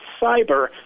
cyber